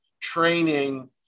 training